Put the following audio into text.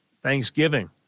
Thanksgiving